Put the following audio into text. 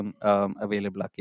available